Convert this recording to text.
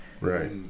Right